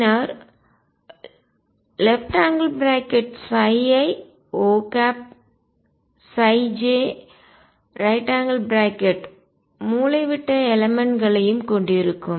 பின்னர் ⟨iOj⟩ மூலைவிட்ட யலமன்ட் கூறு களையும் கொண்டிருக்கும்